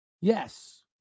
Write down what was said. Yes